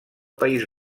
país